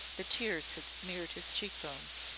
the tears had smeared his cheekbones.